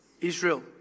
Israel